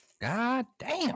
Goddamn